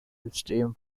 system